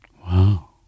Wow